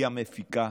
היא המפיקה,